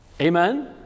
Amen